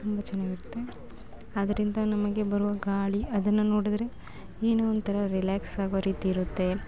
ತುಂಬ ಚೆನ್ನಾಗಿರುತ್ತೆ ಅದರಿಂದ ನಮಗೆ ಬರುವ ಗಾಳಿ ಅದನ್ನು ನೋಡಿದರೆ ಏನೋ ಒಂಥರ ರಿಲ್ಯಾಕ್ಸ್ ಆಗೋ ರೀತಿ ಇರುತ್ತೆ